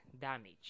damage